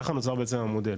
ככה נוצר בעצם המודל